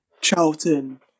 Charlton